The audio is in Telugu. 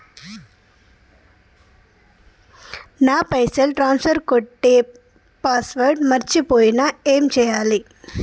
నా పైసల్ ట్రాన్స్ఫర్ కొట్టే పాస్వర్డ్ మర్చిపోయిన ఏం చేయాలి?